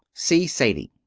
see sadie.